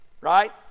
right